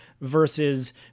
versus